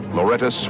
Loretta